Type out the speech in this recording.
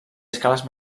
escales